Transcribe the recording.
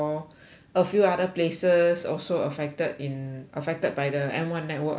a few other places also affected in affected by the M one network outage